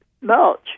mulch